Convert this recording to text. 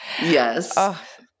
Yes